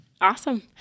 Awesome